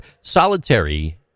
solitary